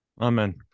Amen